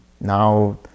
now